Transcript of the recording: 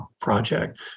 project